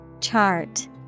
Chart